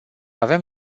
avem